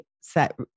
set